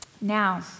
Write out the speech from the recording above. Now